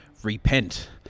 Repent